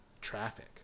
traffic